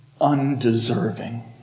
undeserving